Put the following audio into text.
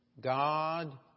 God